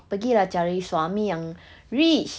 pergi lah cari suami yang rich